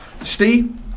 Steve